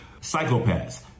psychopaths